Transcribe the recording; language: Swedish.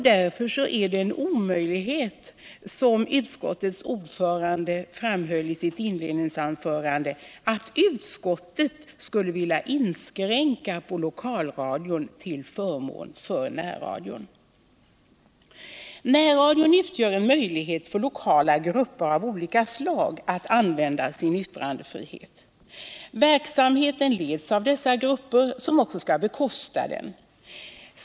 Därför är det en omöjlighet, som utskottets ordförande framhöll i sitt inledningsanförande, att utskottet skulle vilja inskränka på lokalradion till förmån för närradion. Närradion utgör en möjlighet för lokala grupper av olika slag att använda sin yttrandefrihet. Verksamheten leds av dessa grupper, som också skall bekosta den.